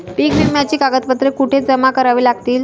पीक विम्याची कागदपत्रे कुठे जमा करावी लागतील?